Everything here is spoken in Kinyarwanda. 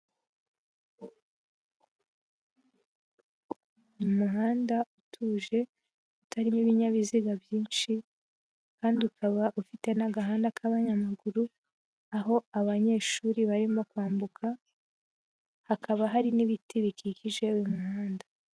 Umuhanda utuje, utarimo ibinyabiziga byinshi kandi ukaba ufite n'agahanda k'abanyamaguru, aho abanyeshuri barimo kwambuka hakaba hari n'ibiti bikikije uyu muhanda.